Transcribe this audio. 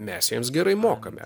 mes jiems gerai mokame